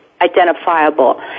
identifiable